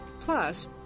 Plus